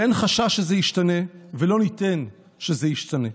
ואין חשש שזה ישתנה ולא ניתן שזה ישתנה.